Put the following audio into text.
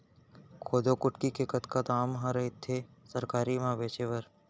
कोदो कुटकी के कतका दाम ह रइथे सरकारी म बेचे बर?